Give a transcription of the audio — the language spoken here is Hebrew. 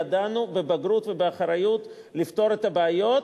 ידענו בבגרות ובאחריות לפתור את הבעיות